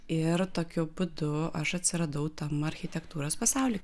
ir tokiu būdu aš atsiradau tam architektūros pasauly